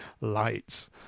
lights